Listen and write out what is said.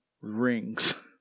rings